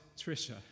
Trisha